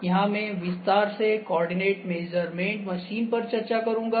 यहां मैं विस्तार से कोऑर्डिनेट मेजरमेंट मशीन पर चर्चा करूंगा